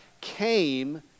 came